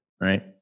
right